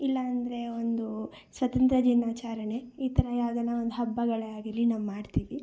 ಇಲ್ಲಾಂದರೆ ಒಂದು ಸ್ವಾತಂತ್ರ್ಯ ದಿನಾಚರಣೆ ಈ ಥರ ಯಾವ್ದಾನ ಒಂದು ಹಬ್ಬಗಳೇ ಆಗಿರಲಿ ನಾವು ಮಾಡ್ತೀವಿ